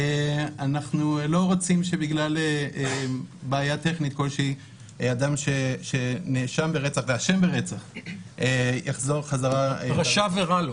אנחנו לא רוצים שבגלל בעיה טכנית כלשהי אדם שאשם ברצח יחזור חזרה לחברה.